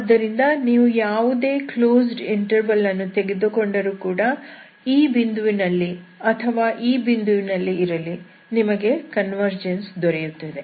ಆದ್ದರಿಂದ ನೀವು ಯಾವುದೇ ಕ್ಲೋಸ್ಡ್ ಇಂಟರ್ವಲ್ ಅನ್ನು ತೆಗೆದುಕೊಂಡರೂ ಕೂಡ ಈ ಬಿಂದುನಲ್ಲಿ ಅಥವಾ ಈ ಬಿಂದುವಿನಲ್ಲಿ ಇರಲಿ ನಿಮಗೆ ಕನ್ವರ್ಜನ್ಸ್ ದೊರೆಯುತ್ತದೆ